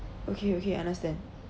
okay okay understand